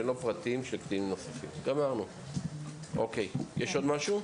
ללא פרטים של קטינים נוספים, יש עוד משהו?